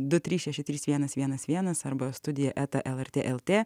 du trys šeši trys vienas vienas vienas arba studija eta lrt lt